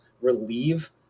relieve